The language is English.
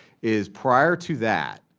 is prior to that,